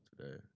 today